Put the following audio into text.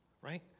right